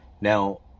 Now